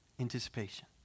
anticipation